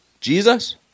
Jesus